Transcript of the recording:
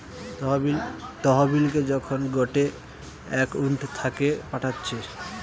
তহবিলকে যখন গটে একউন্ট থাকে পাঠাচ্ছে